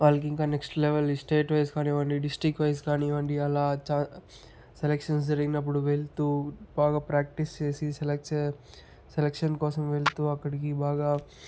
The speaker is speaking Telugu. వాళ్ళకి ఇంకా నెక్స్ట్ లెవెల్ స్టేట్ వైస్ కానివ్వండి డిస్ట్రిక్ట్ వైస్ కానివ్వండి అలా సెలెక్షన్స్ జరిగినప్పుడు వెళుతు బాగా ప్రాక్టీస్ చేసి సెలెక్ట్ సెలెక్షన్స్ కోసం వెళుతు అక్కడికి బాగా